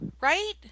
Right